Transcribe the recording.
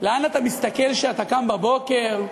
לאן אתה מסתכל כשאתה קם בבוקר?